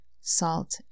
salt